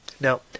now